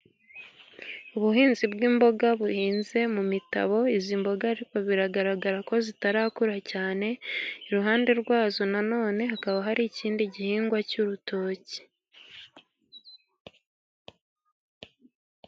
Ubuhinzi bw'imboga buhinze mu mitabo. Izi mboga ariko biragaragara ko zitarakura cyane, iruhande rwazo na none hakaba hari ikindi gihingwa cy'urutoki.